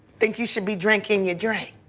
think you should be drinkin' your drink.